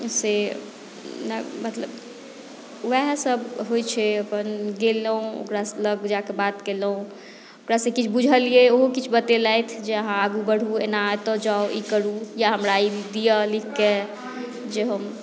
से मतलब उएहसभ होइत छै अपन गेलहुँ ओकरा लग जा कऽ बात केलहुँ ओकरासँ किछु बुझलियै ओहो किछु बतेलथि जे अहाँ आगू बढू एना एतय जाउ ई करू या हमरा ई दिअ लिखिके जे हम